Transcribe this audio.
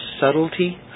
subtlety